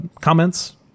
comments